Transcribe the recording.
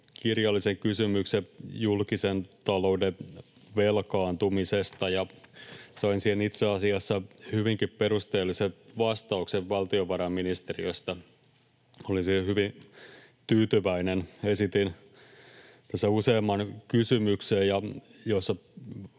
kirjallisen kysymyksen julkisen talouden velkaantumisesta ja sain siihen itse asiassa hyvinkin perusteellisen vastauksen valtiovarainministeriöstä. Olin siihen hyvin tyytyväinen. Esitin useamman kysymyksen ja